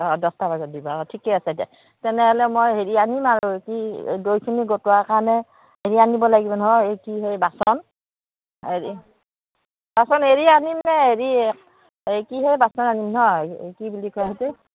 অঁ দহটা বজাত দিবা অঁ ঠিকে আছে দিয়া তেনেহ'লে মই হেৰি আনিম আৰু কি দৈখিনি গোটোৱাৰ কাৰণে হেৰি আনিব লাগিব নহয় এই কি হেই বাচন হেৰি বাচন হেৰি আনিম নে হেৰি এই কিহেৰ বাচন আনিম নহয় কি বুলি কয় এইটো